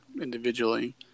individually